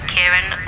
Kieran